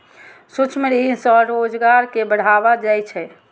सूक्ष्म ऋण स्वरोजगार कें बढ़ावा दै छै